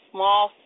small